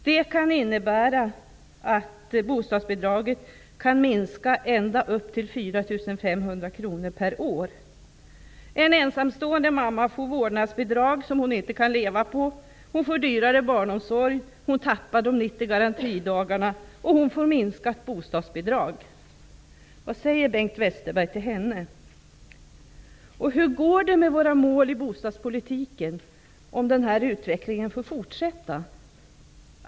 Det kan innebära att bostadsbidraget kan minska med upp till 4 500 Westerberg till henne? Hur går det med våra mål i bostadspolitiken, om den här utvecklingen får fortsätta?